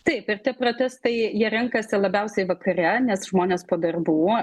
taip ir tie protestai jie renkasi labiausiai vakare nes žmonės po darbų